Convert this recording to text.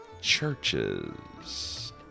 churches